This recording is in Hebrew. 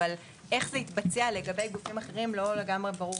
אבל איך זה יתבצע לגבי הגופים האחרים זה לא לגמרי ברור,